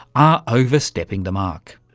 are overstepping the mark.